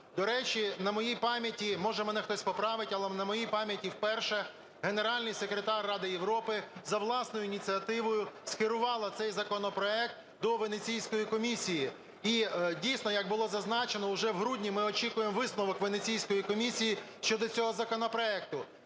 До речі, на моїй пам'яті, може, мене хтось поправить, але на моїй пам'яті вперше Генеральний секретар Ради Європи за власною ініціативою скерувала цей законопроект до Венеційської комісії і, дійсно, як було зазначено, уже в грудні ми очікуємо висновок Венеційської комісії щодо цього законопроекту.